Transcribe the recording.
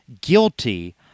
guilty